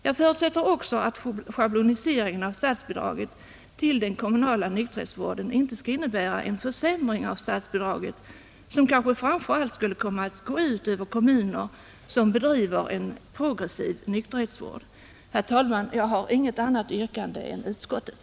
Jag förutsätter också att schabloniseringen av statsbidraget till den kommunala nykterhetsvården inte skall innebära en försämring av statsbidraget, som kanske framför allt skulle komma att gå ut över kommuner som bedriver en progressiv nykterhetsvård. Herr talman! Jag har inget annat yrkande än utskottet.